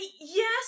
Yes